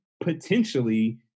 potentially